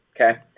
okay